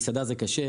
מסעדה זה קשה.